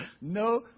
No